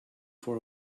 for